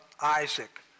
Isaac